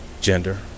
gender